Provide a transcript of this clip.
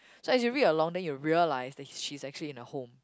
so as you read along then you will realise that she's actually in a home